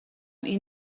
این